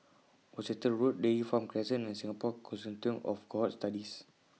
Worcester Road Dairy Farm Crescent and Singapore Consortium of Cohort Studies